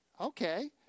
Okay